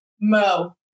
Mo